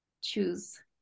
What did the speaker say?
choose